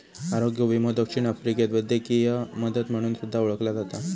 आरोग्य विमो दक्षिण आफ्रिकेत वैद्यकीय मदत म्हणून सुद्धा ओळखला जाता